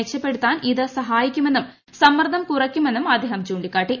മെച്ചപ്പെടുത്താൻ ഇത് സഹായിക്കുമെന്നും സമ്മർദ്ദം കുറയ്ക്കുമെന്നും അദ്ദേഹം ചൂണ്ടിക്കാട്ടി